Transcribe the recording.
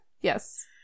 Yes